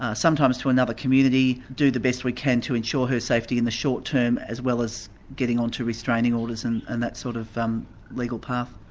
ah sometimes to another community, do the best we can to ensure her safety in the short term as well as getting on to restraining orders and and that sort of um legal path.